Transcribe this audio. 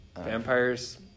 Vampires